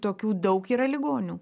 tokių daug yra ligonių